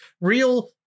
real